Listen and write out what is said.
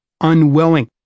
unwilling